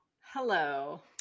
hello